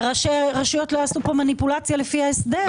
כדי שראשי הרשויות לא יעשו פה מניפולציה לפי ההסדר.